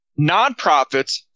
Nonprofits